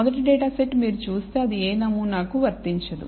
మొదటి data set మీరు చూస్తే అది ఏ నమూనాను ప్రదర్శించదు